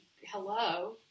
hello